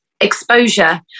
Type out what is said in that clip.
exposure